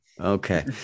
okay